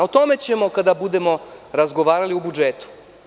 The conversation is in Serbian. O tome ćemo kada budemo razgovarali o budžetu.